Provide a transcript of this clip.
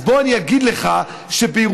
אז בוא אני אגיד לך שבירושלים,